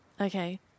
Okay